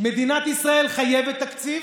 מדינת ישראל חייבת תקציב,